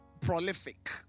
prolific